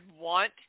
want